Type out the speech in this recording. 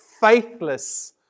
faithless